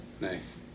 Nice